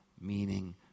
meaning